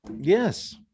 Yes